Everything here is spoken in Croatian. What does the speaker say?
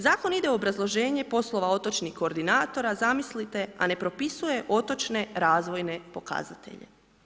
Zakon ide u obrazloženje poslova otočnih koordinatora, zamislite, a ne propisuje otočne razvojne pokazatelje.